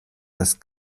das